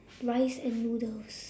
rice and noodles